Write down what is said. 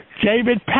David